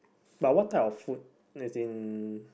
but what type of food as in